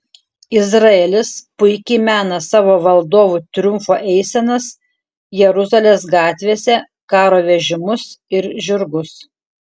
izraelis puikiai mena savo valdovų triumfo eisenas jeruzalės gatvėse karo vežimus ir žirgus